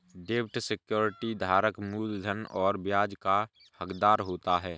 डेब्ट सिक्योरिटी धारक मूलधन और ब्याज का हक़दार होता है